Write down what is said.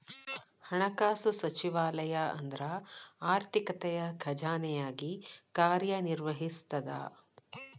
ಹಣಕಾಸು ಸಚಿವಾಲಯ ಅಂದ್ರ ಆರ್ಥಿಕತೆಯ ಖಜಾನೆಯಾಗಿ ಕಾರ್ಯ ನಿರ್ವಹಿಸ್ತದ